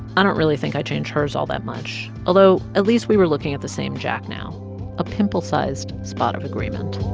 i don't really think i changed hers all that much although at least we were looking at the same jack now a pimple-sized spot of agreement